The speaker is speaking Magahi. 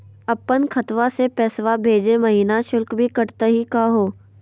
अपन खतवा से पैसवा भेजै महिना शुल्क भी कटतही का हो?